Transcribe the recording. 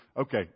okay